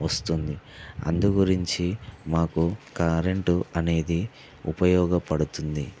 వస్తుంది అందుగురించి మాకు కరెంట్ అనేది ఉపయోగపడుతుంది